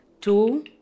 two